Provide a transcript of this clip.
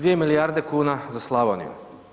2 milijarde kuna za Slavoniju.